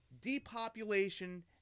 depopulation